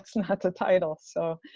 that's not the title. so